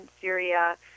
Syria